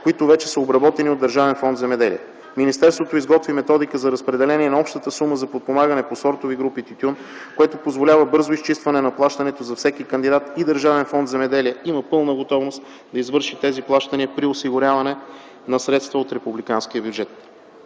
които вече са обработени от Държавен фонд „Земеделие”. Министерството изготви методика за разпределение на общата сума за подпомагане по сортове и групи тютюн, което позволява бързо изчистване на плащането за всеки кандидат и Държавен фонд „Земеделие” има пълна готовност да извърши тези плащания при осигуряване на средства от републиканския бюджет.